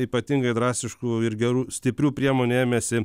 ypatingai drastiškų ir gerų stiprių priemonių ėmėsi